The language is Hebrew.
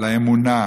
לאמונה,